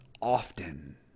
often